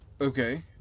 okay